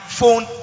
phone